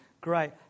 Great